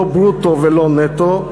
לא ברוטו ולא נטו.